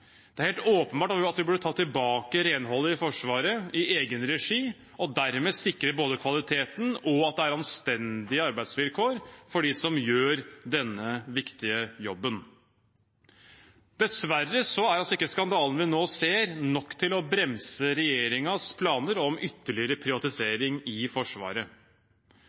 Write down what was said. Det er helt åpenbart at vi burde ta tilbake renholdet i Forsvaret, i egen regi, og dermed sikre både kvaliteten og at det er anstendige arbeidsvilkår for dem som gjør denne viktige jobben. Dessverre er ikke skandalen vi nå ser, nok til å bremse regjeringens planer om ytterligere privatisering i Forsvaret.